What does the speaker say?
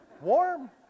Warm